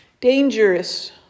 dangerous